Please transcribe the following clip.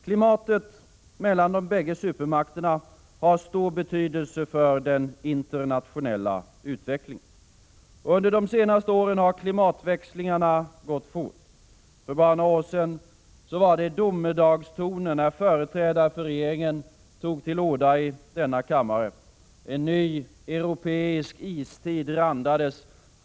Klimatet mellan de bägge supermakterna har stor betydelse för den internationella utvecklingen. Under de senaste åren har klimatväxlingarna gått fort. För bara några år sedan var det domedagstoner när företrädare för regeringen tog till orda i denna kammare. En ny europeisk istid randades.